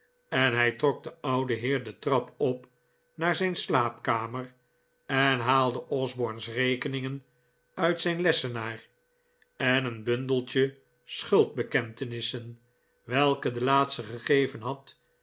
en hij trok den ouden heer de trap op naar zijn slaapkamer en haalde osborne's rekeningen uit zijn lessenaar en een bundeltje schuldbekentenissen welke de laatste gegeven had